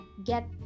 get